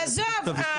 עזוב,